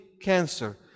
cancer